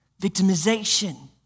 victimization